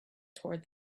toward